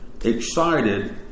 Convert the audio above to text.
excited